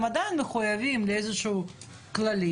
שהם עדיין מחויבים לכללים,